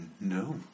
No